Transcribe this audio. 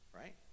Right